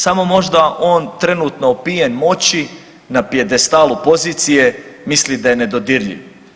Samo možda on trenutno opijen moći na pijedestalu pozicije misli da je nedodirljiv.